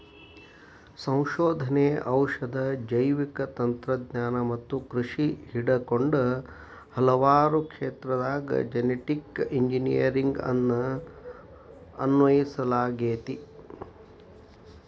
ಸಂಶೋಧನೆ, ಔಷಧ, ಜೈವಿಕ ತಂತ್ರಜ್ಞಾನ ಮತ್ತ ಕೃಷಿ ಹಿಡಕೊಂಡ ಹಲವಾರು ಕ್ಷೇತ್ರದಾಗ ಜೆನೆಟಿಕ್ ಇಂಜಿನಿಯರಿಂಗ್ ಅನ್ನು ಅನ್ವಯಿಸಲಾಗೆತಿ